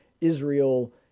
Israel